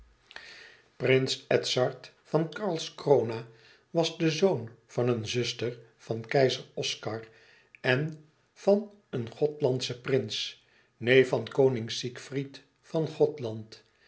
prins edzard van karlskrona was de zoon van een zuster van keizer oscar en van een gothlandschen prins neef van koning siegfried van gothland